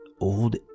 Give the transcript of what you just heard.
old